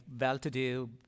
well-to-do